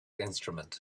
instrument